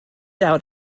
out